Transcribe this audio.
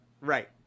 Right